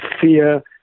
fear